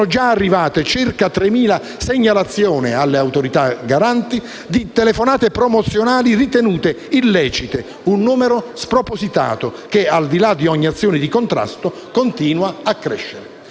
già arrivate circa 3.000 segnalazioni all'Autorità garante di telefonate promozionali ritenute illecite: un numero spropositato che, al di là di ogni azione di contrasto, continua a crescere.